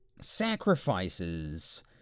sacrifices